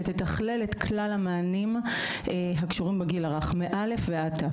שתתכלל את כלל המענים הקשורים בגיל הרך מ- א׳ ועד ת׳.